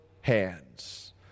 hands